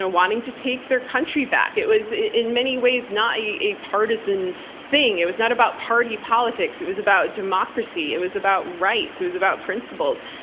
ah wanting to take their country back. it was, in many ways, not a partisan thing. it was not about party politics. it was about democracy. it was about rights. it was about principles.